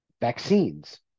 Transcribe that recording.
vaccines